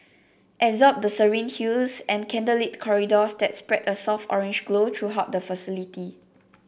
absorb the serene hues and candlelit corridors that spread a soft orange glow throughout the facility